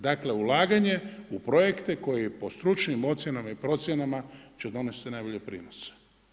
Dakle, ulaganje u projekte koji po stručnim ocjenama i procjenama će donijeti najbolje prinose.